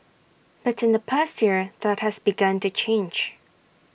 but in the past year that has begun to change